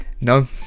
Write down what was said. No